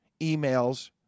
emails